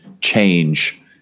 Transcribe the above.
change